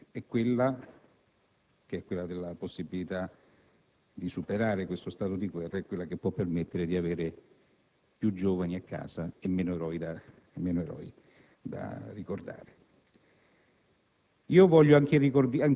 Una soluzione, quella della possibilità di superare questo stato di guerra, che può permettere di avere più giovani a casa e meno eroi da ricordare.